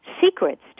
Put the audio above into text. Secrets